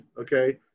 okay